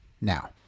now